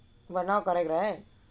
but now correct right